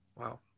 Wow